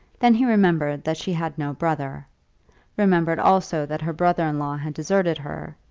then he remembered that she had no brother remembered also that her brother-in-law had deserted her,